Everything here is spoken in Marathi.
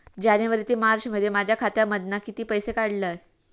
जानेवारी ते मार्चमध्ये माझ्या खात्यामधना किती पैसे काढलय?